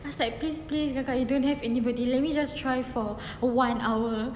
I was like please please kakak you don't have anybody let me just try for for one hour